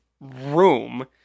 room